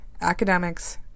academics